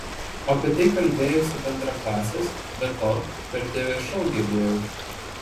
apie tai kalbėjosi bendraklasės be to per tv šou girdėjau